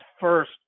first